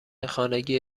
خانگی